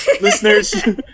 listeners